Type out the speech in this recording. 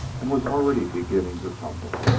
and was already beginning to tumble.